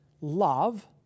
love